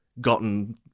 gotten